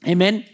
Amen